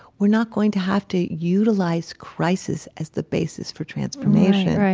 we're not going to have to utilize crisis as the basis for transformation,